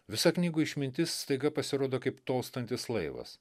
visa knygų išmintis staiga pasirodo kaip tolstantis laivas